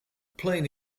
plane